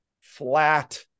flat